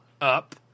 up